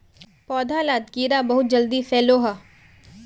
पौधा लात कीड़ा बहुत जल्दी फैलोह